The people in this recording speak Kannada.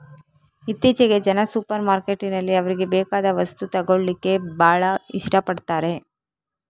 ಇತ್ತೀಚೆಗೆ ಜನ ಸೂಪರ್ ಮಾರ್ಕೆಟಿನಲ್ಲಿ ಅವ್ರಿಗೆ ಬೇಕಾದ ವಸ್ತು ತಗೊಳ್ಳಿಕ್ಕೆ ಭಾಳ ಇಷ್ಟ ಪಡ್ತಾರೆ